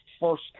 first